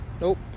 nope